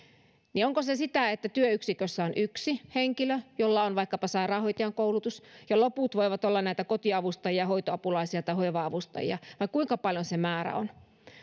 onko se sitä että työyksikössä on yksi henkilö jolla on vaikkapa sairaanhoitajan koulutus ja loput voivat olla näitä kotiavustajia hoitoapulaisia tai hoiva avustajia vai kuinka paljon se määrä on